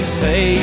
say